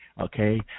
Okay